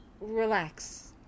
relax